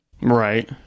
Right